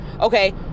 okay